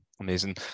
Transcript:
Amazing